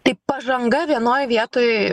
tai pažanga vienoj vietoj